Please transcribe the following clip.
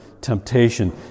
temptation